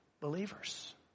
believers